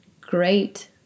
great